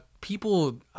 people